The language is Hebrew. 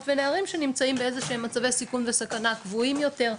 ונערים שנמצאים באיזשהם מצבי סיכון וסכנה קבועים יותר,